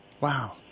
Wow